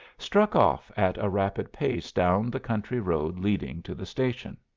struck off at a rapid pace down the country road leading to the station.